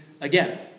again